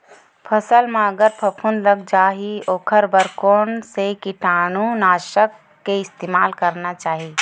फसल म अगर फफूंद लग जा ही ओखर बर कोन से कीटानु नाशक के इस्तेमाल करना चाहि?